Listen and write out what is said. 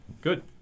Good